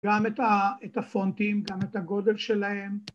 ‫גם את הפונטים, גם את הגודל שלהם.